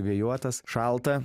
vėjuotas šalta